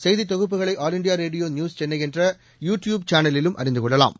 செய்தி தொகுப்புகளை all India radio news Chennai என்ற யு டியூப் சேனலிலும் அறிந்து கொள்ளலாம்